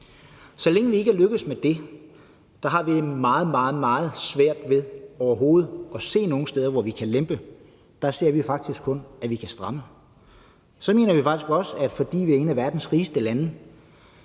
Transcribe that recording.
Så længe vi ikke er lykkedes med det, har vi meget, meget svært ved overhovedet at se nogen steder, hvor vi kan lempe. Der ser vi faktisk kun, at vi kan stramme. Så mener vi faktisk også, at det er meget, meget vigtigt